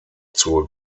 zur